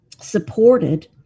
supported